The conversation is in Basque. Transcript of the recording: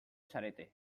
zarete